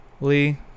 Lee